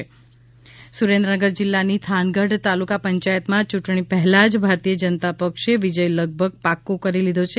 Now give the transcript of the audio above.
પંચાયત બિનહરીફ સુરેન્દ્રનગર જિલ્લાની થાનગઢ તાલુકા પંચાયતમાં યૂંટણી પહેલા જ ભારતીય જનતા પક્ષે વિજય લગભગ પાક્કો કરી લીધો છે